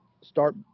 start